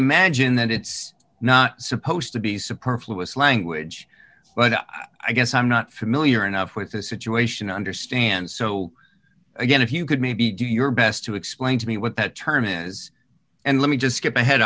imagine that it's not supposed to be superfluous language but i guess i'm not familiar enough with the situation understand so again if you could maybe do your best to explain to me what that term is and let me just skip ahead